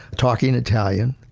talking italian,